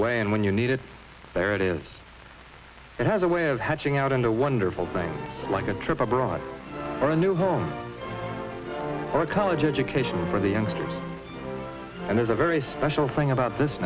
away and when you need it there it is it has a way of hatching out in the wonderful things like a trip abroad or a new home or a college education for the youngsters and there's a very special thing about this